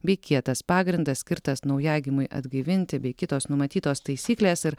bei kietas pagrindas skirtas naujagimiui atgaivinti bei kitos numatytos taisyklės ir